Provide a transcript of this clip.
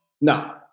No